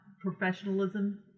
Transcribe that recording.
professionalism